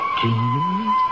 dreams